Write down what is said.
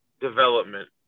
development